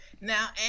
now